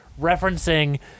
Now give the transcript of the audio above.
referencing